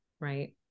Right